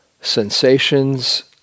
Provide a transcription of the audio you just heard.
sensations